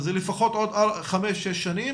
זה לפחות עוד חמש-שש שנים,